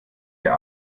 der